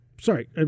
sorry